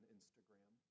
Instagram